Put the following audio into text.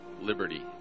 liberty